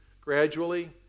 gradually